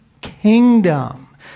kingdom